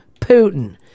Putin